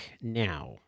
Now